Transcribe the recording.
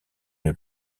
une